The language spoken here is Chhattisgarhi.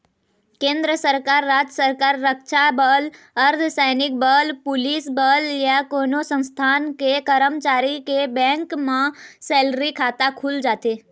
केंद्र सरकार, राज सरकार, रक्छा बल, अर्धसैनिक बल, पुलिस बल या कोनो संस्थान के करमचारी के बेंक म सेलरी खाता खुल जाथे